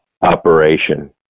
operation